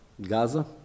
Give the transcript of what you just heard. Gaza